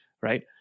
Right